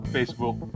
Facebook